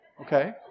Okay